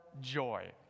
joy